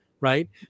right